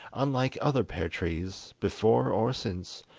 unlike other pear trees before or since,